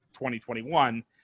2021